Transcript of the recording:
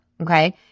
Okay